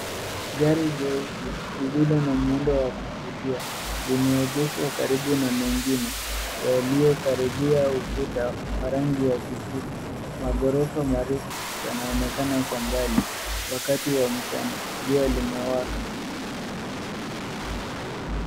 Gari jeusi lililo na muundo wa kuvutia limeegeshwa karibu na mengine yaliyokaribia ukuta wa rangi ya kijivu . Maghorofa marefu yanaonekana kwa mbali wakati wa mchana. Jua limewaka.